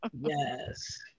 yes